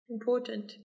important